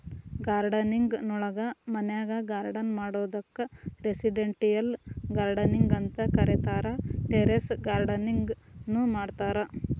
gardening ನೊಳಗ ಮನ್ಯಾಗ್ garden ಮಾಡೋದಕ್ಕ್ ರೆಸಿಡೆಂಟಿಯಲ್ ಗಾರ್ಡನಿಂಗ್ ಅಂತ ಕರೇತಾರ, ಟೆರೇಸ್ ಗಾರ್ಡನಿಂಗ್ ನು ಮಾಡ್ತಾರ